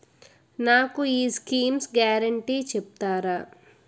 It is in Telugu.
నాకు ఈ స్కీమ్స్ గ్యారంటీ చెప్తారా?